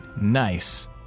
Nice